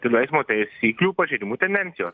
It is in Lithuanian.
kelių eismo taisyklių pažeidimų tendencijos